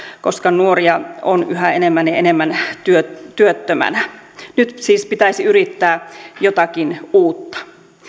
koska nuoria on yhä enemmän ja enemmän työttöminä nyt siis pitäisi yrittää jotakin uutta